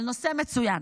אבל נושא מצוין,